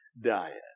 diet